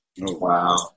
Wow